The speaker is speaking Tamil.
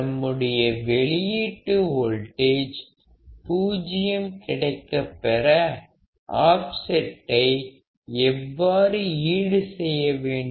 நம்முடைய வெளியீட்டு வோல்டேஜ் பூஜ்யம் கிடைக்கப்பெற ஆஃப்செட்டை எவ்வாறு ஈடு செய்ய வேண்டும்